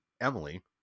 Emily